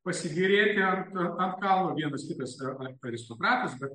pasigėrėti ant ant kalno vienas kitas aristokratas bet